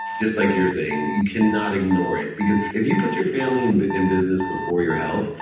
just like you're saying, you cannot ignore it. because if you put your family and but and business before your health,